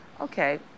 Okay